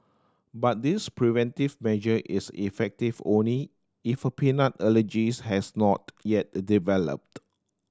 but this preventive measure is effective only if a peanut allergies has not yet developed